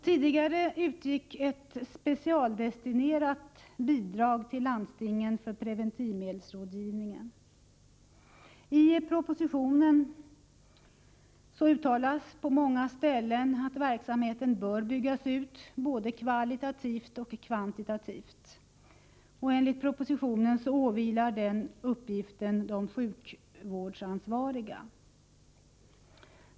Tidigare utgick ett specialdestinerat bidrag till landstingen för preventivmedelsrådgivningen. I propositionen uttalas på många ställen att verksamheten bör byggas ut, både kvalitativt och kvantitativt. Enligt propositionen åvilar den uppgiften de sjukvårdsansvariga.